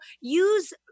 use